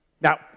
Now